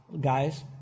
Guys